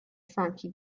frankie